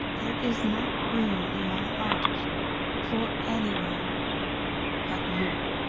there is not room in my heart for anyone but you.